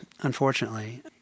unfortunately